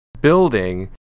building